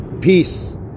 Peace